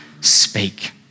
Speak